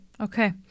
Okay